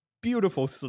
beautiful